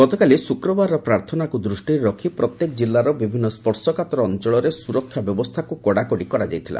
ଗତକାଲି ଶୁକ୍ରବାରର ପ୍ରାର୍ଥନାକୁ ଦୃଷ୍ଟିରେ ରଖି ପ୍ରତ୍ୟେକ ଜିଲ୍ଲାର ବିଭିନ୍ନ ସର୍ଶକାତର ଅଞ୍ଚଳରେ ସୁରକ୍ଷା ବ୍ୟବସ୍ଥାକୁ କଡ଼ାକଡ଼ି କରାଯାଇଥିଲା